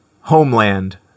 Homeland